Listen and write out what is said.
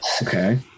Okay